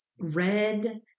Red